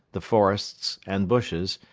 the forests and bushes,